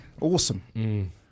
awesome